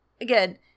again